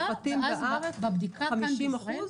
שלפיה מדובר במקרים בודדים בלבד של אנשים שמאומתים לפני עליה לטיסה,